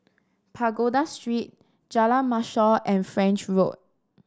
Pagoda Street Jalan Mashor and French Road